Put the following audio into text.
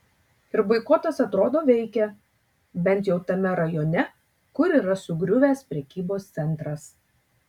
ir boikotas atrodo veikia bent jau tame rajone kur yra sugriuvęs prekybos centras